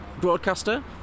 broadcaster